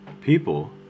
people